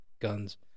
guns